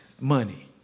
money